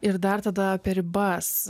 ir dar tada apie ribas